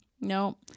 No